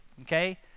okay